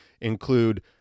include